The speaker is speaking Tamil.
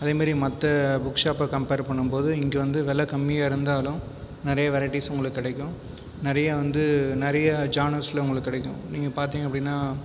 அதே மாதிரி மற்ற புக் ஷாப்பை கம்ப்பேர் பண்ணணும்போது இங்கே வந்து விலை கம்மியாக இருந்தாலும் நிறைய வெரைட்டிஸ் உங்களுக்கு கிடைக்கும் நிறையா வந்து நிறையா ஜாேநர்ஸ்சில் உங்களுக்கு கிடைக்கும் நீங்கள் பார்த்தீங்க அப்படின்னால்